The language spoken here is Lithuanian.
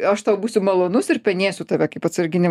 aš tau būsiu malonus ir penėsiu tave kaip atsarginį